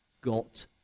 got